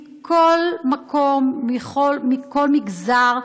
מכל מקום, מכל מגזר,